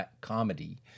comedy